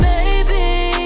Baby